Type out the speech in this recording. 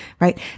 right